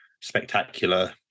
spectacular